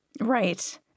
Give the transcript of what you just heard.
Right